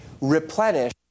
replenish